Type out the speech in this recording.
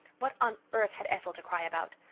what on earth had ethel to cry about?